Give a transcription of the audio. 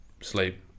sleep